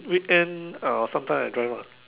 weekend uh sometime I drive lah